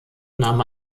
nahm